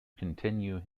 continue